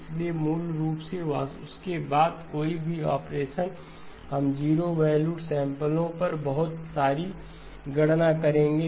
इसलिए मूल रूप से उसके बाद कोई भी ऑपरेशन हम जीरो वैल्यूड सैंपलो पर बहुत सारी गणना करेंगे